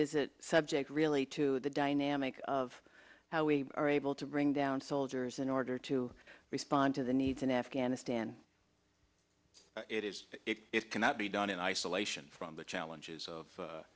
the subject really to the dynamic of how we are able to bring down soldiers in order to respond to the needs in afghanistan it is it cannot be done in isolation from the challenges of